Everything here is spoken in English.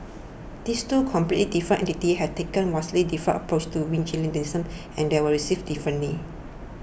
these two completely different entities have taken vastly different approaches to vigilantism and they were received differently